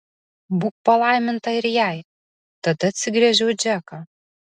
būk palaiminta ir jai tada atsigręžiau į džeką